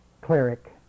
cleric